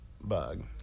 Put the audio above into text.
bug